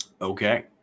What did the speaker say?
Okay